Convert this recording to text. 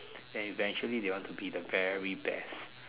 then eventually they will want to be the very best